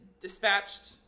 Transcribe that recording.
dispatched